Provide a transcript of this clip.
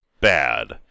bad